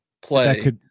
play